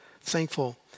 thankful